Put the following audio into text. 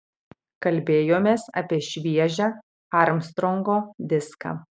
kalbėjomės apie šviežią armstrongo diską